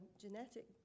genetic